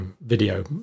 video